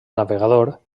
navegador